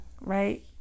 right